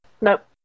Nope